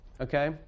okay